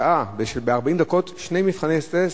ב-40 דקות שני מבחני טסט,